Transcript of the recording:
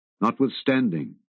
Notwithstanding